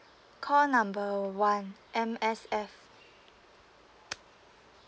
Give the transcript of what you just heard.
call number one M_S_F